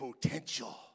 potential